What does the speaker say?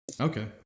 Okay